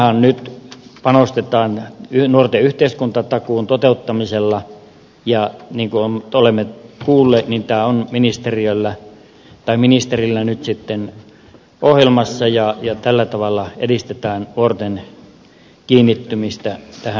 tähänhän nyt panostetaan nuorten yhteiskuntatakuun toteuttamisella ja niin kuin olemme kuulleet tämä on ministerillä ohjelmassa ja tällä tavalla edistetään nuorten kiinnittymistä tähän yhteiskuntaan